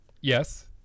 Yes